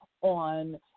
on